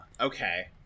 okay